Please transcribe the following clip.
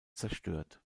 zerstört